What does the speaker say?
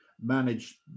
manage